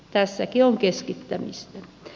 tässäkin on keskittämistä